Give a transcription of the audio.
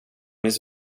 his